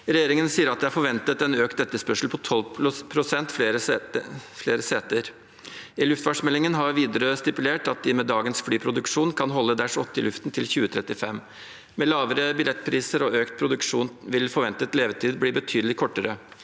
Regjeringen sier at de har forventet en økt etterspørsel på 12 pst. flere seter. I luftfartsmeldingen har Widerøe stipulert at de med dagens flyproduksjon kan holde Dash 8 i luften til 2035. Med lavere billettpriser og økt produksjon vil forventet levetid bli betydelig kortere.